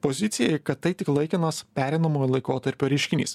pozicijai kad tai tik laikinas pereinamojo laikotarpio reiškinys